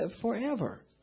forever